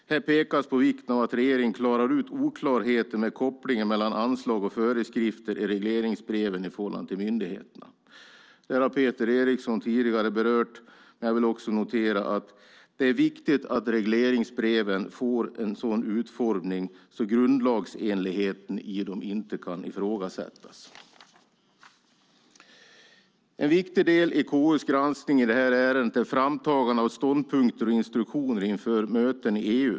Här pekas på vikten av att regeringen klarar ut oklarheten med kopplingen mellan anslag och föreskrifter i regleringsbreven i förhållande till myndigheterna. Detta har Peter Eriksson tidigare berört, men jag vill också notera att det är viktigt att regleringsbreven får en sådan utformning att grundlagsenligheten i dem inte kan ifrågasättas. En viktig del i KU:s granskning i detta ärende är framtagande av ståndpunkter och instruktioner inför möten i EU.